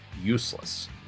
useless